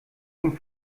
ihm